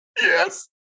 yes